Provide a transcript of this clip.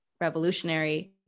revolutionary